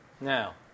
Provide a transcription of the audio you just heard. Now